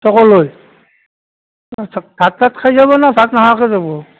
ভাত চাত খাই যাবানে ভাত নোখোৱাকৈ যাব